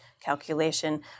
calculation